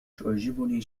تعجبني